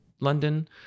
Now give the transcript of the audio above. London